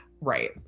right